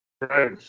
Right